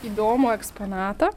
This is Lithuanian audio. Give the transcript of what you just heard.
įdomų eksponatą